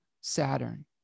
saturn